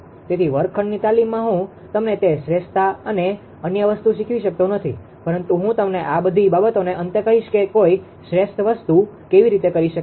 તેથી વર્ગ ખંડની તાલીમમાં હું તમને તે શ્રેષ્ઠતા અને અન્ય વસ્તુ શીખવી શકતો નથી પરંતુ હું તમને આ બધી બાબતોના અંતે કહીશ કે કોઈ શ્રેષ્ઠ વસ્તુ કેવી રીતે કરી શકે છે